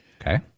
Okay